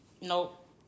Nope